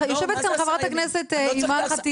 יושבת כאן חברת הכנסת אימאן ח'טיב